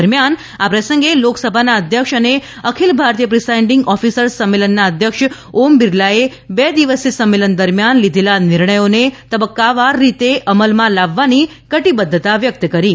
દરમ્યાન આ પ્રસંગે લોકસભાનાં અધ્યક્ષ અને અખિલ ભારતીય પ્રિસાઈન્ડિંગ ઓફિસર્સ સંમેલનનાં અધ્યક્ષ ઓમ બિરલાએ બે દિવસીય સંમેલન દરમ્યાન લીધેલા નિર્ણયોને તબક્કાવાર રીતે અમલમાં લાવવાની કટિબધ્ધતા વ્યકત કરી હતી